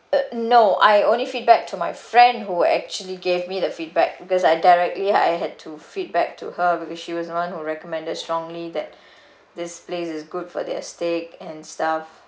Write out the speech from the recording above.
uh no I only feedback to my friend who actually gave me the feedback because I directly I had to feedback to her because she was the one who recommended strongly that this place is good for their steak and stuff